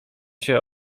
się